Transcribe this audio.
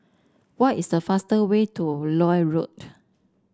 what is the fast way to Lloyd Road